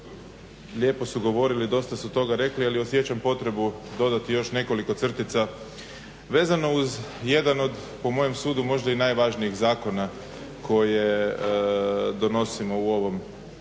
lijepo su govorili, dosta su toga rekli, ali osjećam potrebu dodati još nekoliko crtica vezano uz jedan od, po mojem sudu možda i najvažnijih zakona koje donosimo u ovom